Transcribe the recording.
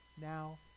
now